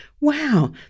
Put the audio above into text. wow